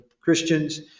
Christians